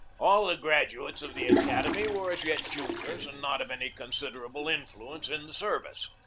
all the graduates of the academy were as yet juniors and not of any consid erable influence in the service.